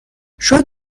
شاید